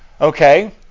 Okay